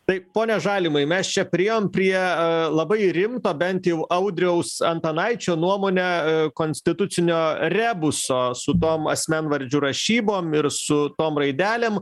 taip pone žalimai mes čia priėjom prie labai rimto bent jau audriaus antanaičio nuomone konstitucinio rebuso su tom asmenvardžių rašybom ir su tom raidelėm